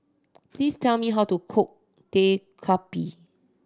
please tell me how to cook